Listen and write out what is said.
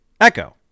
echo